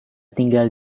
tinggal